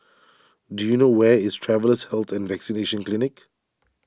do you know where is Travellers' Health and Vaccination Clinic